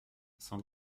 cent